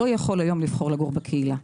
לא יכול היום לבחור לגור בקהילה.